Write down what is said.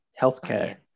healthcare